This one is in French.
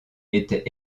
était